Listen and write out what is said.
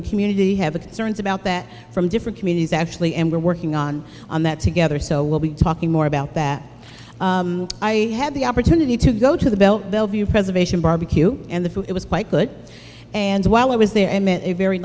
the community have the concerns about that from different communities actually and we're working on on that together so we'll be talking more about that i had the opportunity to go to the bell belleview preservation barbecue and the food it was quite good and while i was there i met a very